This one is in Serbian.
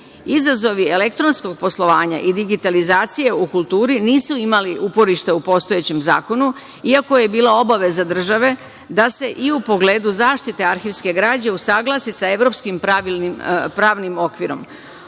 periodu. Izazovi elektronskog poslovanja i digitalizacije u kulturi nisu imali uporišta u postojećem zakonu, iako je bila obaveza države da se i u pogledu zaštite arhivske građe usaglasi sa evropskim pravnim